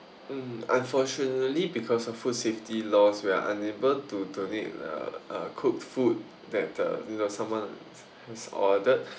mm unfortunately because of food safety laws we are unable to donate uh uh cooked food that uh you know someone has ordered